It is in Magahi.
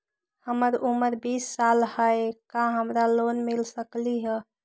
हमर उमर बीस साल हाय का हमरा लोन मिल सकली ह?